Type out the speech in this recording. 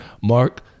Mark